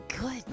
good